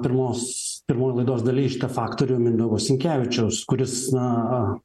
pirmos pirmoj laidos daly šitą faktorių mindaugo sinkevičiaus kuris na